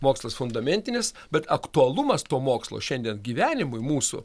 mokslas fundamentinis bet aktualumas to mokslo šiandien gyvenimui mūsų